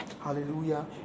Hallelujah